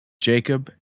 Jacob